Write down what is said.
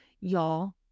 Y'all